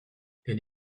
elle